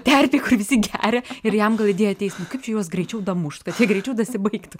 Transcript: terpėj kur visi geria ir jam gal idėja ateis kaip čia juos greičiau mušt kad jie greičiau dasibaigtų